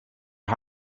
are